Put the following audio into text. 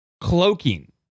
cloaking